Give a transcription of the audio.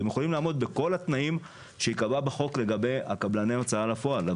והם יכולים לעמוד בכל התנאים שייקבעו בחוק לגבי קבלני הוצאה לפועל.